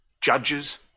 Judges